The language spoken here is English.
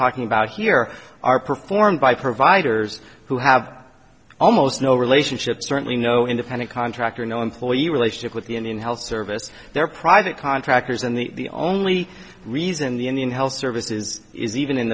talking about here are performed by providers who have almost no relationship certainly no independent contractor no employee relationship with the indian health service they're private contractors and the only reason the indian health services is even in